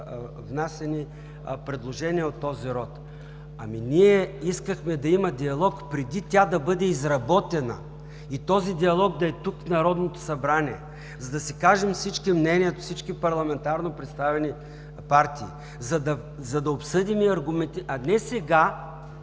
внасяни предложения от този род. Ние искахме да има диалог преди, тя да бъде изработена и този диалог да е тук в Народното събрание, за да си кажем всички мнението си, всички парламентарно представени партии, за да обсъдим и аргументираме… А не сега